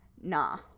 nah